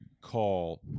call